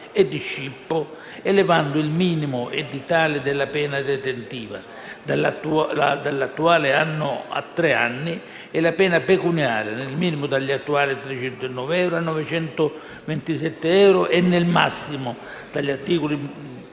e di scippo, elevando il minimo edittale della pena detentiva (dall'attuale anno a tre anni) e la pena pecuniaria (nel minimo dagli attuali 309 euro a 927 euro e nel massimo dagli attuali